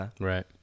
Right